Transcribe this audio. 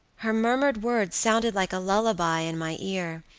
her murmured words sounded like a lullaby in my ear,